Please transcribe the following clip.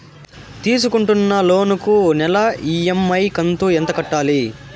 తీసుకుంటున్న లోను కు నెల ఇ.ఎం.ఐ కంతు ఎంత కట్టాలి?